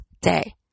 day